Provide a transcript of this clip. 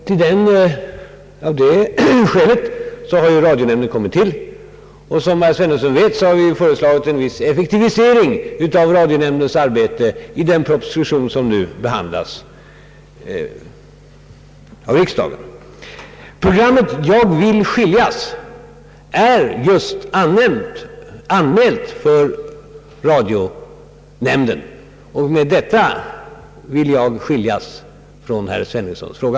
Av det skälet har ju radionämnden tillkommit, och som herr Svenungsson vet har vi föreslagit en viss effektivisering av radionämndens arbete i den proposition som nu behandlas av riksdagen. Programmet »Jag vill skiljas» är just anmält för radionämnden. Med denna upplysning vill jag skiljas från herr Svenungssons fråga!